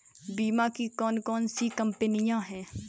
बीमा की कौन कौन सी कंपनियाँ हैं?